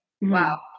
Wow